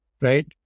right